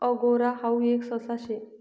angora हाऊ एक ससा शे